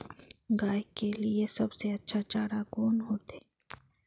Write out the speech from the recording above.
गाय के लिए सबसे अच्छा चारा कौन होते?